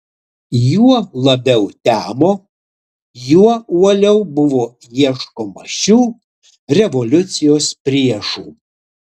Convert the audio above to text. juo labiau temo juo uoliau buvo ieškoma šių revoliucijos priešų